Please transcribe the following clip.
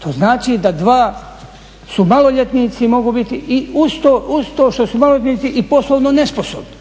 To znači da 2 su maloljetnici i mogu biti, uz to što su maloljetnici i poslovno nesposobni.